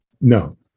No